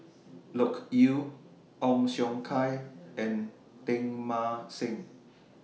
Loke Yew Ong Siong Kai and Teng Mah Seng